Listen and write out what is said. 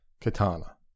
Katana